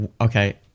okay